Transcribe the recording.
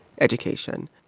education